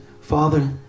Father